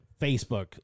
Facebook